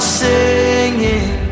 singing